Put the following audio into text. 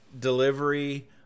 delivery